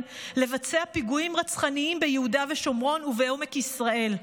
לבצע פיגועים רצחניים ביהודה ושומרון ובעומק ישראל.